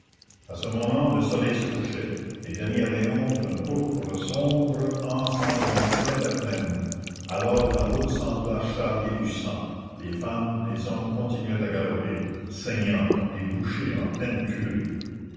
a ce moment le soleil se couchait les derniers rayons d'un pourpre sombre ensanglantaient la plaine alors la route sembla charrier du sang les femmes les hommes continuaient à galoper saignants comme des bouchers en pleine